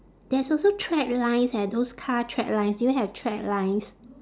there's also track lines eh those car track lines do you have track lines